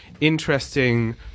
interesting